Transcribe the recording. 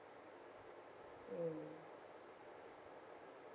mm